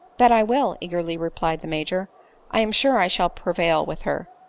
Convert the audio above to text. that i will, eagerly replied the major i am sure i shall prevail with her.